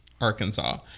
Arkansas